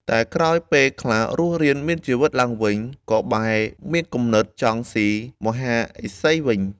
តែក្រោយពេលខ្លារស់រានមានជីវិតឡើងវិញ ក៏បែរមានគំនិតចង់ស៊ីមហាឫសីវិញ។